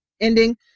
ending